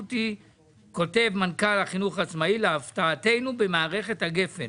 כותב מנכ"ל החינוך העצמאי: "להפתעתנו במערכת הגפן